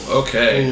okay